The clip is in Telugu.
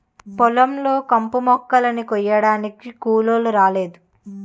పొలం లో కంపుమొక్కలని కొయ్యడానికి కూలోలు రాలేదు